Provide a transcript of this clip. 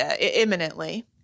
imminently